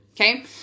Okay